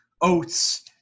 oats